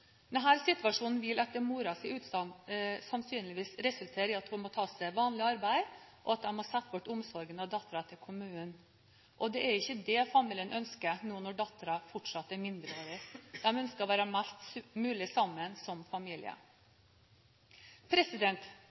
den offentlige stønaden har gjort at familien bl.a. har måttet be banken om utsettelse på huslån. Denne situasjonen vil etter morens utsagn sannsynligvis resultere i at hun må ta seg vanlig arbeid, og at de må sette bort omsorgen av datteren til kommunen. Og det er ikke det familien ønsker nå når datteren fortsatt er mindreårig. De ønsker å være mest mulig sammen